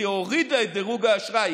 היא הורידה את דירוג האשראי,